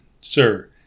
sir